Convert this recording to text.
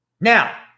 Now